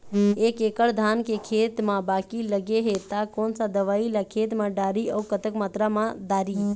एक एकड़ धान के खेत मा बाकी लगे हे ता कोन सा दवई ला खेत मा डारी अऊ कतक मात्रा मा दारी?